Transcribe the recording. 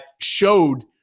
showed